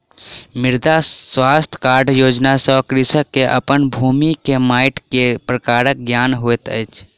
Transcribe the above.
मृदा स्वास्थ्य कार्ड योजना सॅ कृषक के अपन भूमि के माइट के प्रकारक ज्ञान होइत अछि